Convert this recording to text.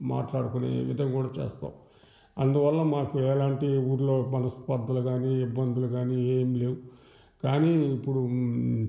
మాట్లాడుకొనే విధం కూడా చేస్తాం అందువల్ల మాకు ఎలాంటి ఊళ్ళో మనస్పర్థలు కానీ ఇబ్బందులు కానీ ఏం లేవు కానీ ఇప్పుడు